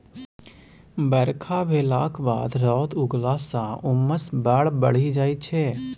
बरखा भेलाक बाद रौद उगलाँ सँ उम्मस बड़ बढ़ि जाइ छै